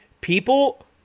People